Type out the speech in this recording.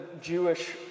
Jewish